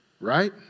Right